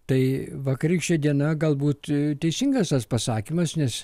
tai vakarykštė diena galbūt teisingas tas pasakymas nes